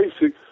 basic